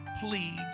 pleads